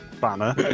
banner